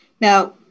Now